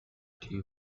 тийм